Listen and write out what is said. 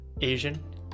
Asian